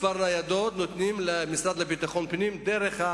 כמה ניידות נותנים למשרד לביטחון פנים דרך,